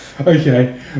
okay